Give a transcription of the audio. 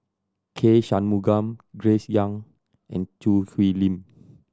K Shanmugam Grace Young and Choo Hwee Lim